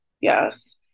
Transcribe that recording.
Yes